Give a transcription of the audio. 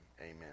Amen